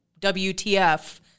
WTF